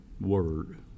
Word